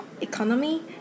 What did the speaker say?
economy